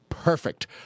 perfect